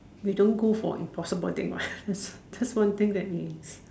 we don't go for impossible things one that's one thing that we